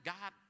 God